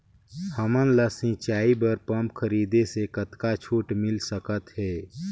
हमन ला सिंचाई बर पंप खरीदे से कतका छूट मिल सकत हे?